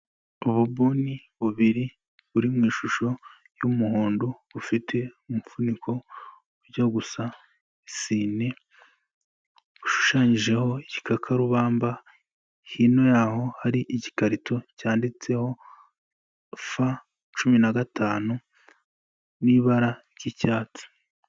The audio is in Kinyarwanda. Ubu buni bubiri buri mu ishusho y'umuhondo, bufite umufuniko ujya gusa isine, ushushanyijeho igikakarubamba, hino yaho hari igikarito cyanditseho fa cumi na gatanu n'ibara ry'icyatsi.